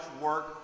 work